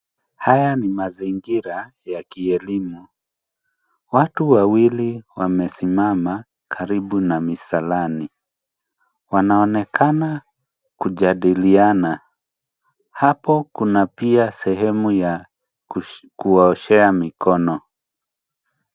Haya ni mazingira ya kielimu. Watu wawili wamesimama karibu na misalani, wanaonekana kujadiliana. Hapo kuna pia sehemu ya kuwaoshea mikono.